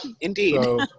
Indeed